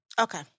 Okay